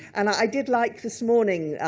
and i did like, this morning,